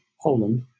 Poland